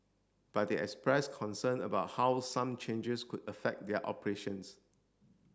but they expressed concern about how some changes could affect their operations